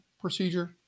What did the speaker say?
Procedure